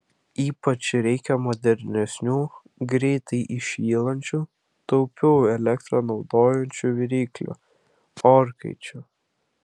ypač reikia modernesnių greitai įšylančių taupiau elektrą naudojančių viryklių orkaičių